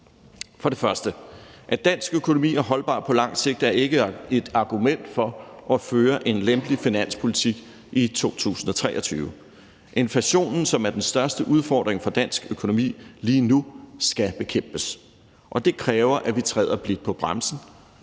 For det første er det, at dansk økonomi er holdbar på lang sigt, ikke et argument for at føre en lempelig finanspolitik i 2023. Inflationen, som er den største udfordring for dansk økonomi lige nu, skal bekæmpes. Det kræver, at vi træder blidt på bremsen,